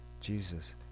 Jesus